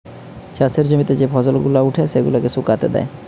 চাষের জমিতে যে ফসল গুলা উঠে সেগুলাকে শুকাতে দেয়